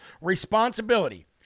responsibility